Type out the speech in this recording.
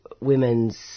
women's